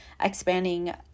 expanding